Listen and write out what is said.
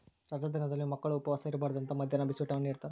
ರಜಾ ದಿನದಲ್ಲಿಯೂ ಮಕ್ಕಳು ಉಪವಾಸ ಇರಬಾರ್ದು ಅಂತ ಮದ್ಯಾಹ್ನ ಬಿಸಿಯೂಟ ನಿಡ್ತಾರ